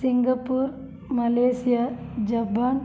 Singapore Malaysia Japan